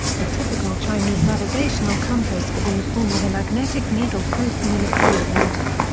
the typical chinese navigational compass was in the form of a magnetic needle floating in a bowl of water.